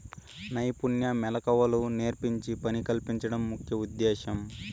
నైపుణ్య మెళకువలు నేర్పించి పని కల్పించడం ముఖ్య ఉద్దేశ్యం